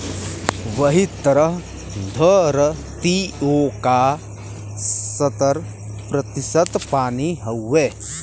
वही तरह द्धरतिओ का सत्तर प्रतिशत पानी हउए